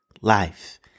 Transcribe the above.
life